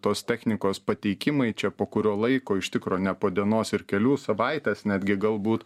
tos technikos pateikimai čia po kurio laiko iš tikro ne po dienos ir kelių savaitės netgi galbūt